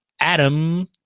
Adam